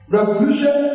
Revolution